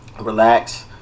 relax